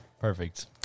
perfect